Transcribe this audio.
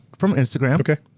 from instagram. okay.